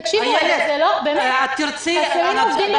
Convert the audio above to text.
תקשיבו, באמת חסרים עובדים בחקלאות.